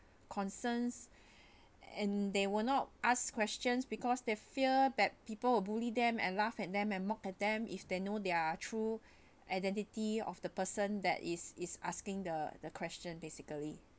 concerns and they will not ask questions because they fear that people will bully them and laugh at them and mark at them if they know their true identity of the person that is is asking the the question basically